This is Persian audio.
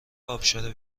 ابشار